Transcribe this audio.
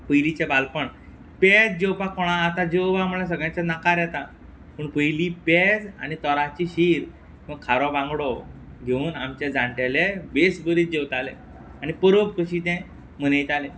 पयलींचें बालपण पेज जेवपाक कोणाक आतां जेवं का म्हळ्या सगळ्यांच्या नाकार येता पूण पयलीं पेज आनी तोराची शीर वा खारो बांगडो घेवन आमचे जाण्टेले बेस बरी जेवताले आनी परब कशी ते मनयताले